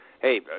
Hey